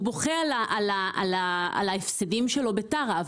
הוא בוכה על ההפסדים שלו בטרה,